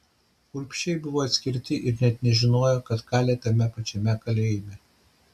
urbšiai buvo atskirti ir net nežinojo kad kali tame pačiame kalėjime